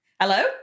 hello